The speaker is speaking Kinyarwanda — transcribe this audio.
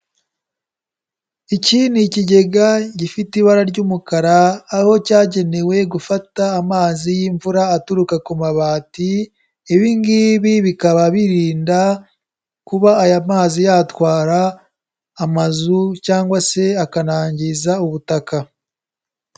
Iki ni ikigega gifite ibara ry'umukara aho cyagenewe gufata amazi y'imvura aturuka ku mabati, ibi ngibi bikaba birinda kuba aya mazi yatwara amazu cyangwa se akanangiza ubutaka.